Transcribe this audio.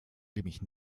nämlich